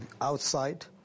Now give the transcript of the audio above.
outside